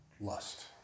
lust